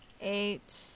Eight